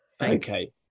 Okay